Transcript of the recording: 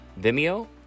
Vimeo